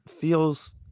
feels